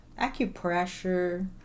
Acupressure